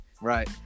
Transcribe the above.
Right